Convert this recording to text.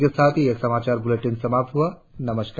इसी के साथ यह समाचार बुलेटिन समाप्त हुआ नमस्कार